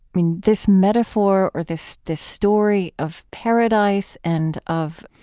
mean, this metaphor or this this story of paradise and of